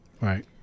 Right